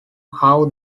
how